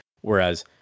whereas